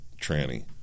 tranny